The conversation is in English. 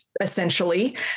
essentially